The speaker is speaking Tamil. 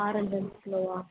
ஆரஞ்சு அஞ்சு கிலோவா